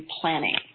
planning